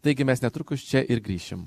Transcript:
taigi mes netrukus čia ir grįšim